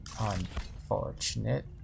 unfortunate